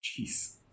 Jeez